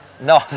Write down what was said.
No